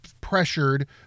pressured